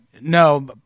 No